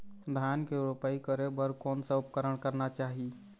धान के रोपाई करे बर कोन सा उपकरण करना चाही?